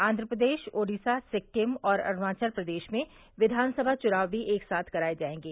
आंध्रप्रदेश ओडिशा सिक्किम और अरूणाचल प्रदेश में विधानसभा चुनाव भी एक साथ कराए जाएंगे